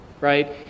right